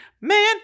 Man